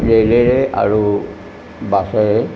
ৰেলেৰে আৰু বাছেৰে